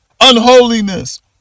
unholiness